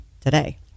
today